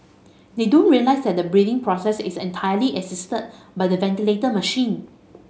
they don't realise that the breathing process is entirely assisted by the ventilator machine